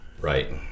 Right